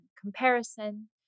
comparison